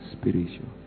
Spiritual